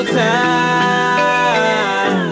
time